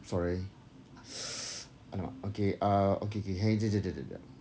sorry !alamak! okay ah okay okay hang jap jap jap